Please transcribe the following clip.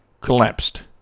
collapsed